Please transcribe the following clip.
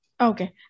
Okay